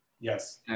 Yes